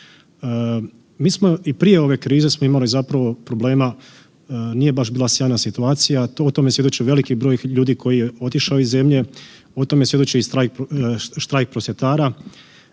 Mi smo i prije ove krize smo imali zapravo problema, nije baš bila sjajna situacija, a o tome svjedoči veliki broj ljudi koji je otišao iz zemlje, o tome svjedoči i štrajk prosvjetara,